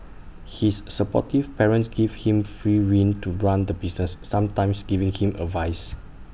his supportive parents give him free rein to run the business sometimes giving him advice